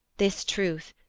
this truth,